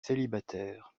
célibataire